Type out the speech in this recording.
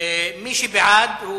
מי שבעד,